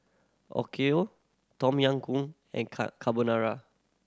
Okayu Tom Yam Goong and Car Carbonara